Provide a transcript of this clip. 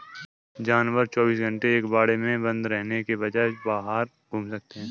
जानवर चौबीस घंटे एक बाड़े में बंद रहने के बजाय बाहर घूम सकते है